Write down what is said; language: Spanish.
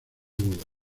boda